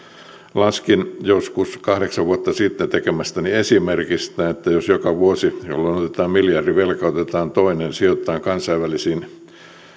laskin joskus kahdeksan vuotta sitten tekemästäni esimerkistä että jos joka vuosi jolloin otetaan miljardi velkaa otetaan toinen ja sijoitetaan kansainvälisiin